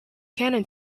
canon